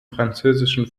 französischen